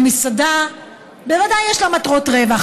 למסעדה בוודאי יש מטרות רווח,